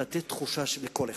לתת תחושה של קול אחד.